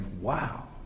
wow